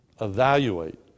evaluate